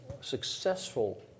successful